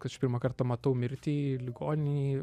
kad aš pirmą kartą matau mirtį ligoninėj